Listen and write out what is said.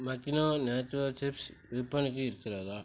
மக்கீனோ nacho chips விற்பனைக்கு இருக்கிறதா